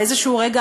באיזשהו רגע,